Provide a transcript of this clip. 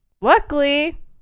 Luckily